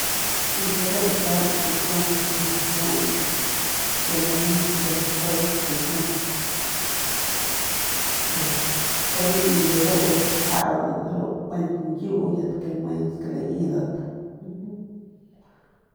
De ru ndujuy stikiuang kiaun tamen ke tanun de mpe stikiuang.